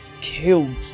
killed